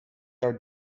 are